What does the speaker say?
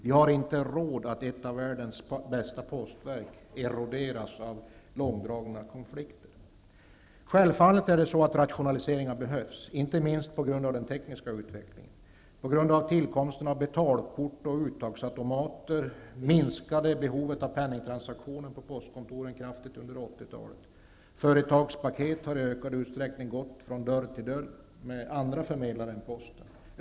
Vi har inte råd att låta ett av världens bästa postverk eroderas av långdragna konflikter. Självfallet är det så att rationaliseringar behövs, inte minst på grund av den tekniska utvecklingen. På grund av tillkomsten av betalkort och uttagsautomater minskade behovet av penningtransaktioner på postkontoren kraftigt under 1980-talet. Företagspaket har i ökad utsträckning gått från dörr till dörr med andra förmedlare än posten.